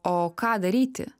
o ką daryti